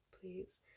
please